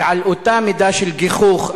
ועל אותה מידה של גיחוך,